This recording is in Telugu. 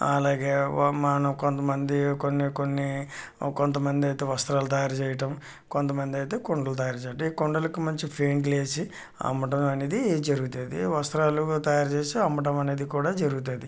అలాగే మన కొంత మంది కొన్ని కొన్ని కొంతమంది అయితే వస్త్రాలు తయారు చేయటం కొంతమంది అయితే కుండలు తయారు చేయటం ఈ కుండలకు మంచి పెయింట్ లేసి అమ్మటం అనేది జరుగుతుంది వస్త్రాలు తయారు చేసి అమ్మటం అనేది కూడా జరుగుతుంది